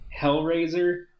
Hellraiser